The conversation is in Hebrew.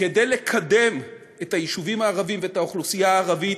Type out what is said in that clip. כדי לקדם את היישובים הערביים ואת האוכלוסייה הערבית